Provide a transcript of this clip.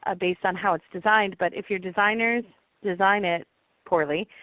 ah based on how it's designed. but if your designers design it poorly,